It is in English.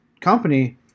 company